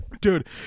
dude